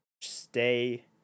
stay